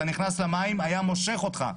אתה נכנס למים והים מושך אותך.